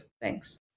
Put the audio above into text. Thanks